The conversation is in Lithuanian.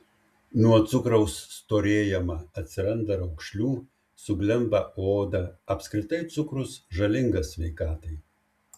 nuo cukraus storėjama atsiranda raukšlių suglemba oda apskritai cukrus žalingas sveikatai